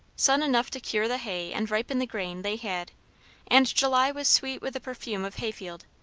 sun enough to cure the hay and ripen the grain, they had and july was sweet with the perfume of hayfield,